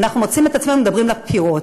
אנחנו מוצאים את עצמנו מדברים לקירות.